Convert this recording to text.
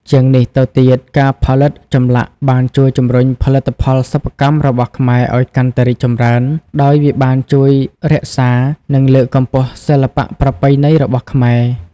ជាងនេះទៅទៀត ការផលិតចម្លាក់បានជួយជំរុញផលិតផលសិប្បកម្មរបស់ខ្មែរឲ្យកាន់តែរីកចម្រើន ដោយវាបានជួយរក្សា និងលើកកម្ពស់សិល្បៈប្រពៃណីរបស់ខ្មែរ។